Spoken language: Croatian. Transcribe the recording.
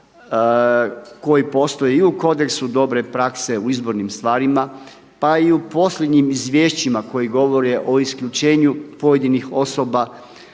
koji postoji i u Kodeksu dobre prakse u izbornim stvarima pa i u posljednjim izvješćima koji govore o isključenju pojedinih osoba